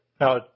Now